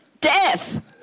death